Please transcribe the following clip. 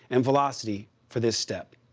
and velocity for this step.